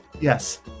yes